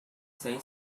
say